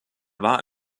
war